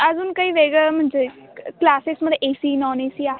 अजून काही वेगळं म्हणजे क्लासेसमध्ये A C non A C आहे